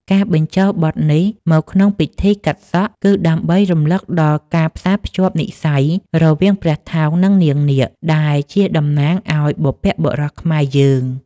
ការបញ្ចូលបទនេះមកក្នុងពិធីកាត់សក់ គឺដើម្បីរំលឹកដល់ការផ្សារភ្ជាប់និស្ស័យរវាងព្រះថោង និងនាងនាគ ដែលជាតំណាងឱ្យបុព្វបុរសខ្មែរយើង។